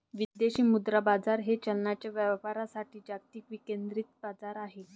विदेशी मुद्रा बाजार हे चलनांच्या व्यापारासाठी जागतिक विकेंद्रित बाजारपेठ आहे